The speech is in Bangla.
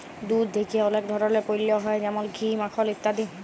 দুধ থেক্যে অলেক ধরলের পল্য হ্যয় যেমল ঘি, মাখল ইত্যাদি